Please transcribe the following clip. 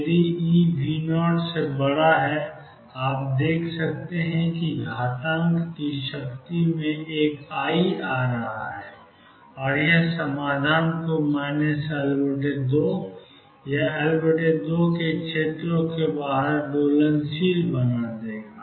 यदि EV0 आप देख सकते हैं कि घातांक की शक्ति में एक i आ रहा है और यह समाधान को L2 या L2 के क्षेत्रों के बाहर दोलनशील बना देगा